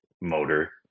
motor